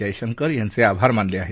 जयशंकर यांचे आभार मानले आहेत